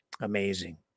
Amazing